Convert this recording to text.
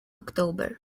october